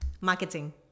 Marketing